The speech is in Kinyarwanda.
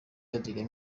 adrien